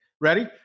Ready